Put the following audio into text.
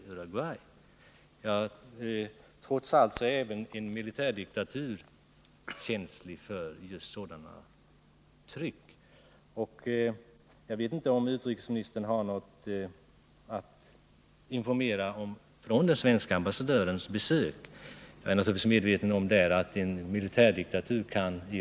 Trots allt är även en militärdiktatur känslig för sådana påtryckningar. Jag skulle vilja fråga utrikesministern om han har någonting att informera om när det gäller den svenske ambassadörens besök i fängelset — om jag är rätt informerad var det i det här fallet flera diplomater som besökte det.